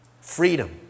Freedom